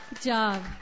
job